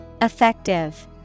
effective